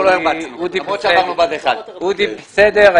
אנחנו לא הרבצנו למרות שעברנו בה"ד 1. אודי בסדר,